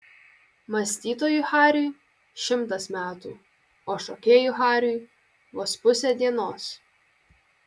mąstytojui hariui šimtas metų o šokėjui hariui vos pusė dienos